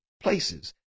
places